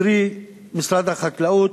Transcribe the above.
קרי משרד החקלאות.